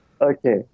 Okay